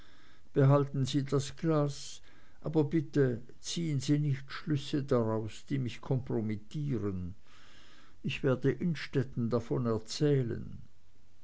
behalten sie das glas aber bitte ziehen sie nicht schlüsse daraus die mich kompromittieren ich werde innstetten davon erzählen